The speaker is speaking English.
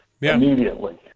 immediately